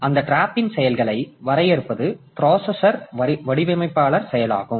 அந்தப் டிராப்ன் செயல்களை வரையறுப்பது பிராசஸர் வடிவமைப்பாளர் செயலாகும்